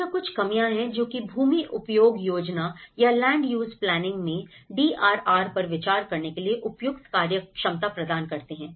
तो यह कुछ कमियां हैं जो कि भूमि उपयोग योजना या लैंड यूज प्लानिंग में डीआरआर पर विचार करने के लिए उपयुक्त कार्यक्षमता प्रदान करते हैं